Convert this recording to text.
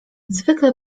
zwykle